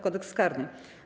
Kodeks karny.